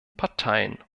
parteien